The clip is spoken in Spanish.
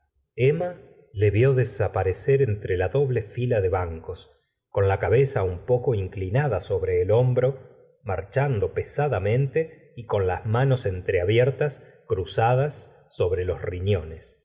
le vió desaparecer entre la doble tila de bancos con la cabeza un poco inclinada sobre el hombro marchando pesadamente y con las manos entreabiertas cruzadas sobre los riñones